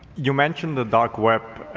you mentioned the dark web.